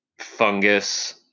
fungus